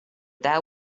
that